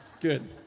Good